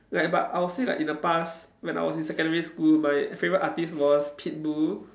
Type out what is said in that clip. like but I'll say that in the past when I was in secondary school my favourite artiste was Pitbull